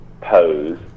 Pose